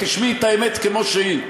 את תשמעי את האמת כמו שהיא.